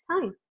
time